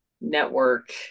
network